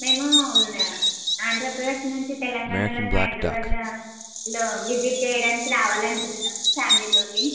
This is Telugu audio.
మేము ఆంధ్రప్రదేశ్ నుంచి తెలంగాణలోని హైదరాబాద్లో విజిట్ చేయడానికి రావాలి అనుకుంటున్నాము ఫామిలీతో